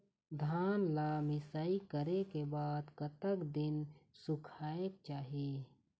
धान ला मिसाई करे के बाद कतक दिन सुखायेक चाही?